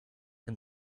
and